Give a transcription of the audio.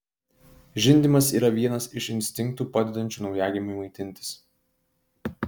žindymas yra vienas iš instinktų padedančių naujagimiui maitintis